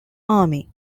army